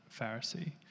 Pharisee